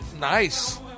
Nice